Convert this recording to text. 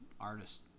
artist